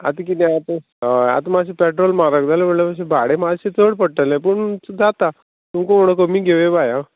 आतां किदें आहा हय आतां मात्शें पेट्रोल म्हारग जालें म्हणल्यार मातशें भाडें मात्शें चड पडटलें पूण जाता तुमकां म्हणो कमी घेवया बाय आं